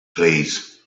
please